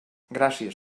gràcies